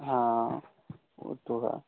हाँ वह तो है